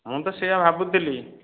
ମୁଁ ତ ସେଇଆ ଭାବୁଥିଲି